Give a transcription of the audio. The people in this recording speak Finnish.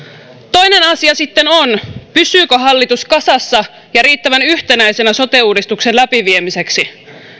toinen asia sitten on pysyykö hallitus kasassa ja riittävän yhtenäisenä sote uudistuksen läpiviemiseksi